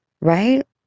Right